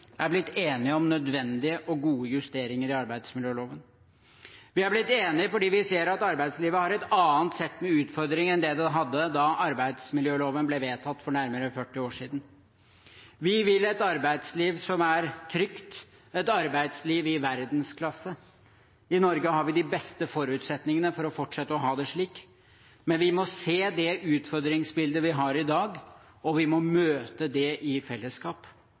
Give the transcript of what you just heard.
Fremskrittspartiet er blitt enige om nødvendige og gode justeringer i arbeidsmiljøloven. Vi er blitt enige fordi vi ser at arbeidslivet har et annet sett med utfordringer enn det hadde da arbeidsmiljøloven ble vedtatt for nærmere 40 år siden. Vi vil ha et arbeidsliv som er trygt, et arbeidsliv i verdensklasse. I Norge har vi de beste forutsetningene for å fortsette å ha det slik. Men vi må se det utfordringsbildet vi har i dag, og vi må møte det i fellesskap.